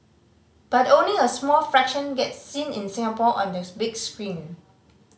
but only a small fraction gets seen in Singapore on the big screen